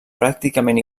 pràcticament